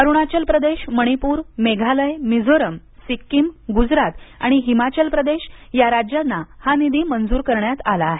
अरुणचाल प्रदेश मणिपुर मेघालय मिझोरम सिक्कीम गुजरात आणि हिमाचल प्रदेश या राज्यांना हा निधी मंजूर करण्यात आला आहे